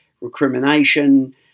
recrimination